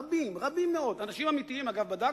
רבים, רבים מאוד, אנשים אמיתיים, אגב, בדקתי.